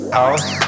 house